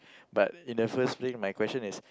but in the first place my question is